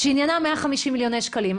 שעניינה 150 מיליוני שקלים.